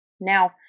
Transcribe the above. Now